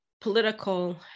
political